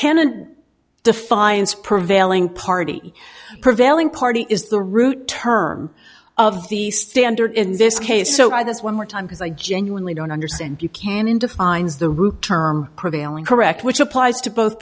cannon defiance prevailing party prevailing party is the root term of the standard in this case so i this one more time because i genuinely don't understand buchanan defines the root term prevailing correct which applies to both